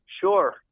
Sure